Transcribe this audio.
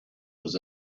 was